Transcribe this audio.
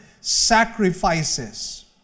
sacrifices